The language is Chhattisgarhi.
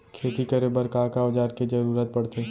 खेती करे बर का का औज़ार के जरूरत पढ़थे?